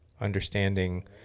understanding